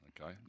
Okay